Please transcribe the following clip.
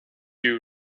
you